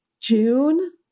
June